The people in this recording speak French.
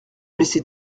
laisser